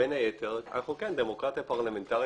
בין היתר, אנחנו כן דמוקרטיה פרלמנטרית.